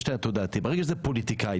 ברגע שזה פוליטיקאי,